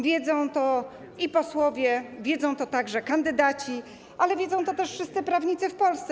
Wiedzą to posłowie, wiedzą to także kandydaci, ale wiedzą to też wszyscy prawnicy w Polsce.